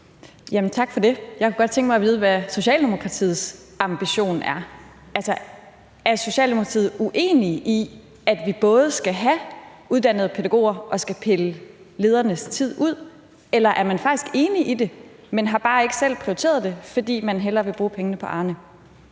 tak for det. Jeg kunne godt tænke mig at vide, hvad Socialdemokratiets ambition er. Altså, er Socialdemokratiet uenig i, at vi både skal have uddannede pædagoger og skal pille ledernes tid ud? Eller er man faktisk enig i det, men har bare ikke selv prioriteret det, fordi man hellere vil bruge pengene på Arne?